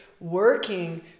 working